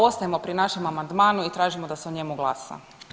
Ostajemo pri našem amandmanu i tražimo da se o njemu glasa.